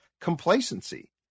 complacency